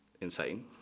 insane